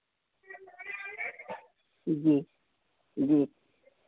जी जी